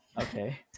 Okay